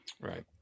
right